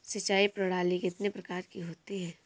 सिंचाई प्रणाली कितने प्रकार की होती है?